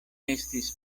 estis